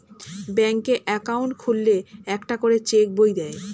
ব্যাঙ্কে অ্যাকাউন্ট খুললে একটা করে চেক বই দেয়